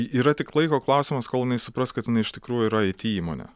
yra tik laiko klausimas kol jinai supras kad jinai iš tikrųjų yra it įmonė